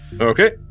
Okay